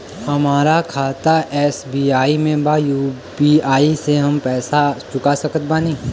हमारा खाता एस.बी.आई में बा यू.पी.आई से हम पैसा चुका सकत बानी?